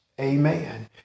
amen